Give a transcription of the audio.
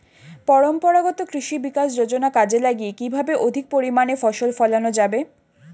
পরম্পরাগত কৃষি বিকাশ যোজনা কাজে লাগিয়ে কিভাবে অধিক পরিমাণে ফসল ফলানো যাবে?